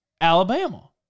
Alabama